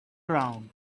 round